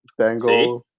Bengals